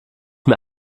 mir